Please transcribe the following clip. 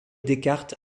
descartes